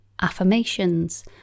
affirmations